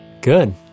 Good